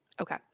Okay